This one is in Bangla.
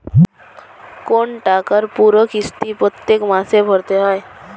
কোন টাকার পুরো কিস্তি প্রত্যেক মাসে ভরতে হয়